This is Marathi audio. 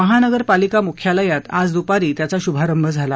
महानगरपालिका मुख्यालयात आज दुपारी त्याचा शुभारंभ झाला